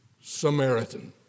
Samaritan